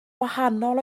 wahanol